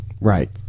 Right